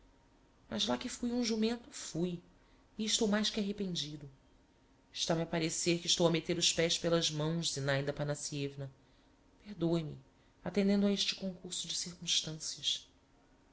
mas lá que fui um jumento fui e estou mais que arrependido está-me a parecer que estou a meter os pés pelas mãos zinaida aphanassievna perdoe-me atendendo a este concurso de circunstancias